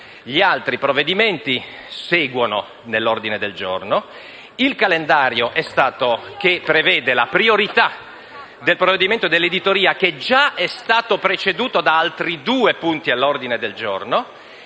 Gli altri provvedimenti all'ordine del giorno seguono. Il calendario, che prevede la priorità dell'esame del provvedimento sull'editoria, che già è stato preceduto da altri due punti all'ordine del giorno,